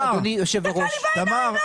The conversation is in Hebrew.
תסתכל לי בעיניים.